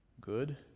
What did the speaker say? good